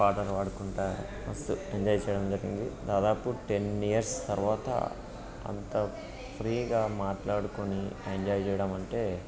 పాటలు పాడుకుంటూ మస్తు ఎంజాయ్ చేయడం జరిగింది దాదాపు టెన్ ఇయర్స్ తరువాత అంత ఫ్రీగా మాట్లాడుకొని ఎంజాయ్ చేయడం అంటే